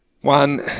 one